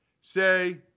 say